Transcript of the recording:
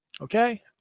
Okay